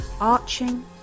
arching